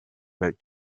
about